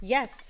Yes